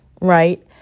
right